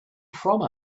from